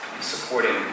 supporting